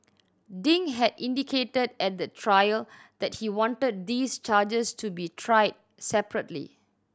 Ding had indicated at the trial that he wanted these charges to be tried separately